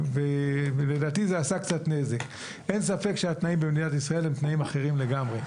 אין ספק שהתנאים במדינת ישראל הם תנאים אחרים לגמרי.